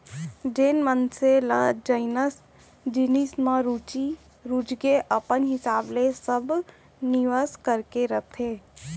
जेन मनसे ल जइसन जिनिस म रुचगे अपन हिसाब ले सब निवेस करके रखथे